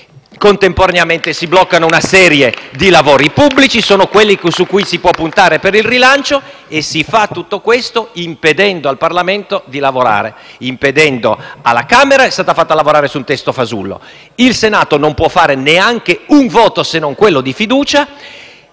Contemporaneamente si bloccano una serie di lavori pubblici, quelli su cui si può puntare per il rilancio, e si fa tutto questo impedendo al Parlamento di lavorare. La Camera è stata fatta lavorare su un testo fasullo, mentre il Senato non può esprimere neanche un voto, se non quello di fiducia.